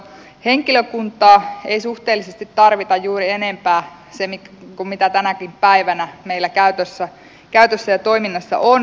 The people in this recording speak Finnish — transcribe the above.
henkilökuntaa ei suhteellisesti tarvita juuri enempää kuin mitä tänäkin päivänä meillä käytössä ja toiminnassa on